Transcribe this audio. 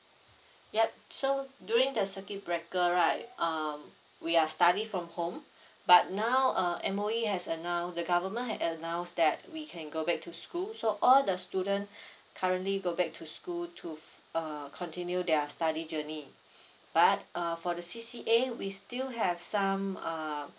ya so during the circuit breaker right um we are study from home but now uh M_O_E has announce the government had announced that we can go back to school so all the student currently go back to school to uh continue their study journey but uh for the C_C_A we still have some uh